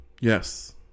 Yes